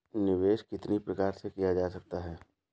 निवेश कितनी प्रकार से किया जा सकता है?